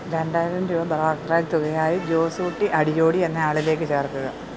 രണ്ടായിരം രൂപ തുകയായി ജോസൂട്ടി അടിയോടി എന്നയാളിലേക്ക് ചേർക്കുക